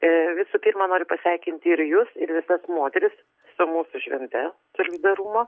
ir visų pirma noriu pasveikinti ir jus ir visas moteris su mūsų švente solidarumo